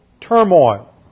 turmoil